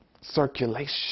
circulation